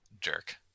Jerk